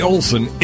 Olson